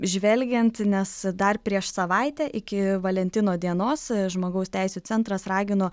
žvelgiant nes dar prieš savaitę iki valentino dienos žmogaus teisių centras ragino